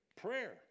prayer